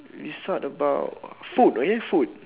we start about food okay food